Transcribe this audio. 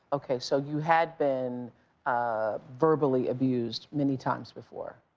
okay, so you had been ah verbally abused many times before?